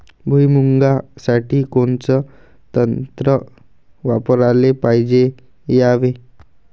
भुइमुगा साठी कोनचं तंत्र वापराले पायजे यावे?